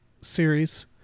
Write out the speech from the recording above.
series